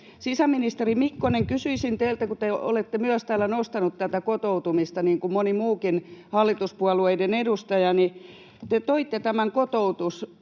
sisäministeri Mikkonen, kysyisin teiltä, kun te olette myös täällä nostanut tätä kotoutumista, niin kuin moni muukin hallituspuolueiden edustaja. Te toitte tämän kotoutumislain